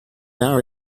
our